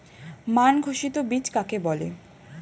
মান ঘোষিত বীজ কাকে বলে?